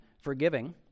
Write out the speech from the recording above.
forgiving